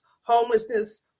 homelessness